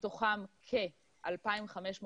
מתוכם כ-2,500 חיילים.